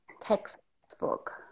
textbook